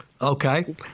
Okay